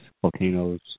volcanoes